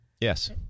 Yes